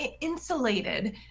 insulated